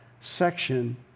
section